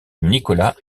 nicolas